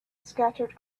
scattered